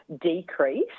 decrease